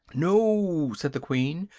no! said the queen,